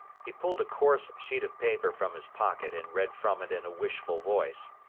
he pulled a coarse sheet of paper from his pocket and read from it in a wishful voice